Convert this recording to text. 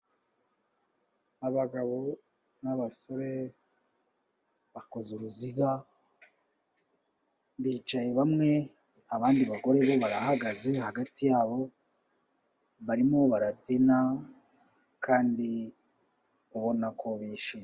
Abagabo n'abasore bakoze uruziga bicaye bamwe, abandi bagore barahagaze hagati yabo, barimo barabyina kandi ubona ko bishimye.